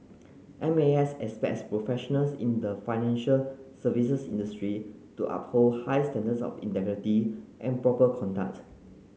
M A S expects professionals in the financial services industry to uphold high standards of integrity and proper conduct